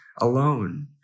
alone